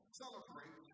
celebrate